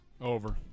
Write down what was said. Over